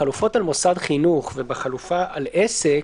בחלופות על מוסד חינוך ועל עסק,